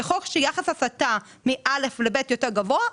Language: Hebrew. ככל שיחס ההסטה מ-א' ל-ב' יותר גבוה,